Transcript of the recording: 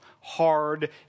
hard